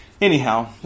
Anyhow